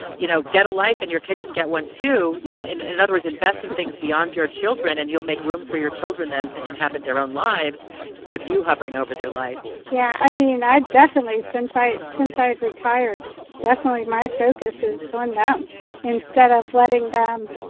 you know, get a life and your kid can get one, too. you know? another is invest in things beyond your children and you'll make room for your children then to inhabit their own lives instead of you hovering over their life yeah. i mean, i definitely since i since i retired, definitely my focus is so on them instead of letting them,